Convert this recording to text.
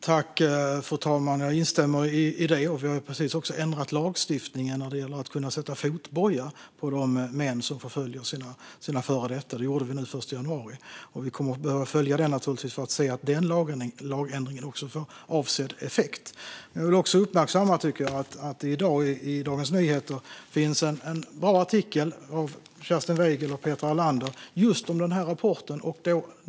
Fru talman! Jag instämmer i det. Vi har precis ändrat lagstiftningen när det gäller att kunna sätta fotboja på de män som förföljer sina före detta. Det gjorde vi nu den 1 januari. Vi kommer naturligtvis att behöva följa det för att se att den lagändringen också får avsedd effekt. Jag vill också uppmärksamma att det i dag i Dagens Nyheter finns en bra artikel av Kerstin Weigl och Petra Erlander om just den här rapporten.